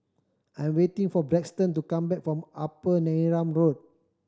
I'm waiting for Braxton to come back from Upper Neram Road